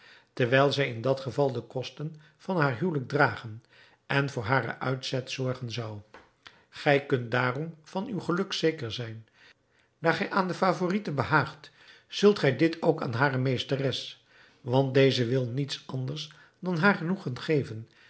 terwijl zij in dat geval de kosten van haar huwelijk dragen en voor haren uitzet zorgen zou gij kunt daarom van uw geluk zeker zijn daar gij aan de favorite behaagt zult gij dit ook aan hare meesteres want deze wil niets anders dan haar genoegen geven